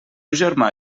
germà